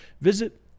visit